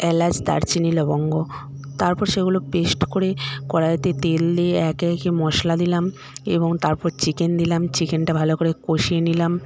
এলাচ দারচিনি লবঙ্গ তারপর সেগুলো পেস্ট করে কড়াইতে তেল দিয়ে একে একে মশলা দিলাম এবং তারপর চিকেন দিলাম চিকেনটা ভালো করে কষিয়ে নিলাম